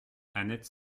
annette